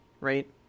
right